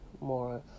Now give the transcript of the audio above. more